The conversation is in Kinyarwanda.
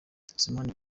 sibomana